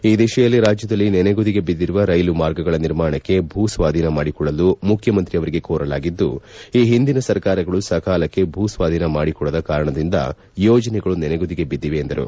ಈ ದಿಶೆಯಲ್ಲಿ ರಾಜ್ಯದಲ್ಲಿ ನೆನೆಗುದಿಗೆ ಬದ್ದಿರುವ ರೈಲು ಮಾರ್ಗಗಳ ನಿರ್ಮಾಣಕ್ಕೆ ಭೂ ಸ್ವಾಧೀನಮಾಡಿಕೊಡಲು ಮುಖ್ಯಮಂತ್ರಿಯವರಿಗೆ ಕೋರಲಾಗಿದ್ದು ಈ ಹಿಂದಿನ ಸರಕಾರಗಳು ಸಕಾಲಕ್ಕೆ ಭೂಸ್ವಾಧೀನ ಮಾಡಿಕೊಡದ ಕಾರಣದಿಂದ ಯೋಜನೆಗಳು ನೆನೆಗುದಿಗೆ ಬಿದ್ದಿವೆ ಎಂದರು